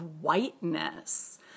whiteness